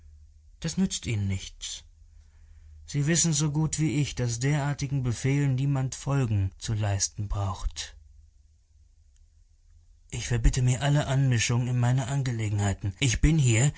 das nützt ihnen nichts sie wissen so gut wie ich daß derartigen befehlen niemand folge zu leisten braucht ich verbitte mir alle einmischung in meine angelegenheiten ich bin hier